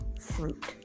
fruit